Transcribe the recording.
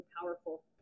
powerful